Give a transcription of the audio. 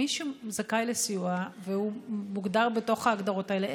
מי שזכאי לסיוע והוא מוגדר בתוך ההגדרות האלה,